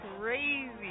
crazy